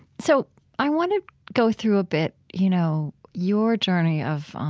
so i want to go through, a bit, you know your journey of